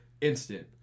instant